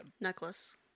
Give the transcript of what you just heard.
Necklace